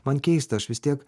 man keista aš vis tiek